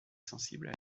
sensible